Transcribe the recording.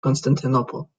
constantinople